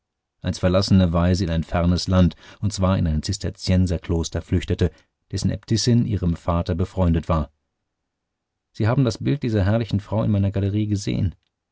als verlassene waise in ein fernes land und zwar in ein zisterzienserkloster flüchtete dessen äbtissin ihrem vater befreundet war sie haben das bild dieser herrlichen frau in meiner galerie gesehn